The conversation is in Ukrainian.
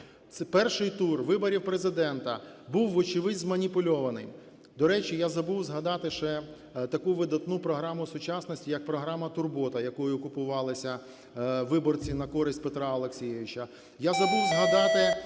Перший тур виборів Президента був, вочевидь, зманіпульований. До речі, я забув згадати ще таку видатну програму сучасності, як програма "Турбота", якою купувалися виборці на користь Петра Олексійовича.